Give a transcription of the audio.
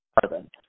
carbon